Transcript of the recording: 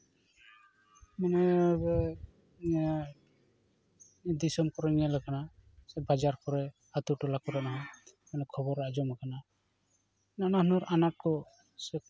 ᱫᱤᱥᱚᱢ ᱠᱚᱨᱮ ᱧᱮᱞᱟᱠᱟᱱᱟ ᱥᱮ ᱵᱟᱡᱟᱨ ᱠᱚᱨᱮ ᱟᱛᱳᱴᱚᱞᱟ ᱠᱚᱨᱮ ᱦᱚᱸ ᱚᱱᱟ ᱠᱷᱚᱵᱚᱨ ᱟᱸᱡᱚᱢᱟᱠᱟᱱᱟ ᱱᱟᱱᱟᱦᱩᱱᱟᱹᱨ ᱟᱱᱟᱴ ᱠᱚ ᱥᱮ